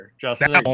Justin